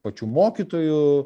pačių mokytojų